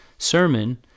sermon